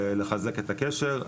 לחזק את הקשר.